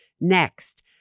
Next